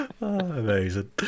amazing